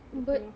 ya